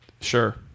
Sure